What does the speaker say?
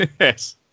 Yes